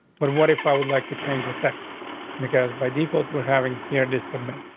but what if i would like to change the text because by default we're having here to submit.